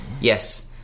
yes